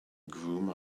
groom